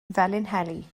felinheli